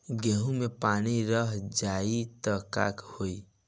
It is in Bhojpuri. गेंहू मे पानी रह जाई त का होई?